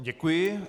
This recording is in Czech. Děkuji.